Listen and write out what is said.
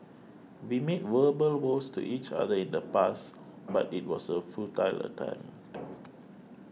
we made verbal vows to each other in the past but it was a futile attempt